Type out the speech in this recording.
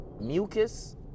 mucus